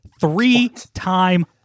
Three-time